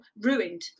ruined